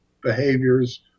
behaviors